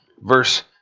Verse